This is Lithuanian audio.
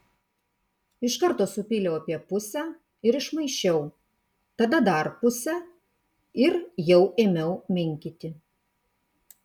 iš karto supyliau apie pusę ir išmaišiau tada dar pusę ir jau ėmiau minkyti